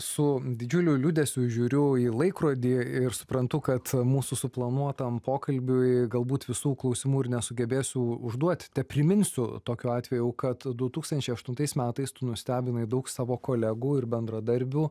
su didžiuliu liūdesiu žiūriu į laikrodį ir suprantu kad mūsų suplanuotam pokalbiui galbūt visų klausimų ir nesugebėsiu užduoti tepriminsiu tokiu atveju kad du tūkstančiai aštuntais metais tu nustebinai daug savo kolegų ir bendradarbių